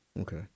Okay